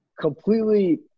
completely –